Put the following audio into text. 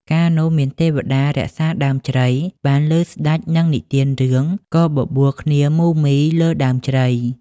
កាលនោះ មានទេវតារក្សាដើមជ្រៃបានឮថាស្តេចនឹងនិទានរឿង ក៏បបួលគ្នាមូលមីរលើដើមជ្រៃ។